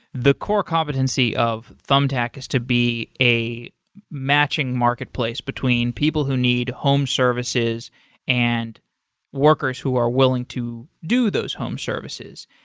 the core competency of thumbtack is to be a matching marketplace between people who need home services and workers who are willing to do those home services.